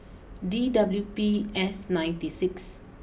D W P S ninety six